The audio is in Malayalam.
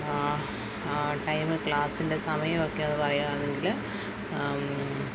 ടൈം ക്ലാസ്സിൻ്റെ സമയമൊക്കെ ഒന്നു പറയാമായിരുന്നെങ്കിൽ